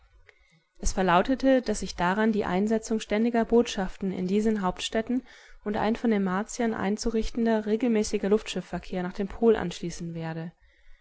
es verlautete daß sich daran die einsetzung ständiger botschafter in diesen hauptstädten und ein von den martiern einzurichtender regelmäßiger luftschiffverkehr mit dem pol anschließen werde